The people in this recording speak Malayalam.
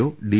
O D